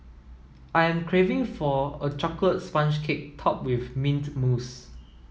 I am craving for a chocolate sponge cake topped with mint mousse